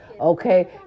Okay